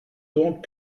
donc